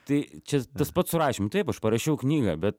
tai čia tas pats su rašymu taip aš parašiau knygą bet